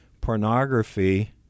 pornography